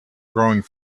growing